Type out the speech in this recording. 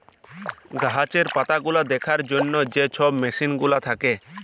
গাহাচের পাতাগুলা দ্যাখার জ্যনহে যে ছব মেসিল গুলা থ্যাকে